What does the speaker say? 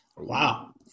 Wow